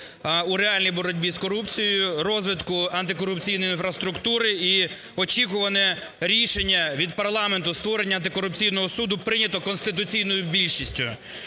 у реальній боротьбі з корупцією, розвитку антикорупційної інфраструктури і очікуване рішення від парламенту створення антикорупційного суду прийнято конституційною більшістю.